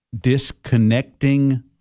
disconnecting